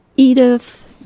Edith